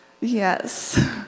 Yes